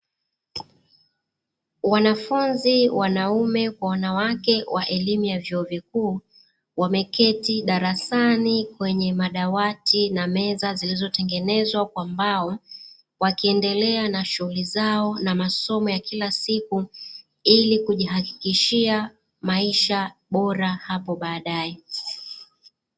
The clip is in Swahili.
Wanafunzi wanaume kwa wanawake wa elimu ya vyuo vikuu, wameketi darasani kwenye madawati na meza zilizotengenezwa kwa mbao, wakiendelea na shughuli zao na masomo ya kila siku ili kujihakikishia maisha bora hapo baadae.